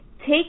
Take